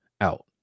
out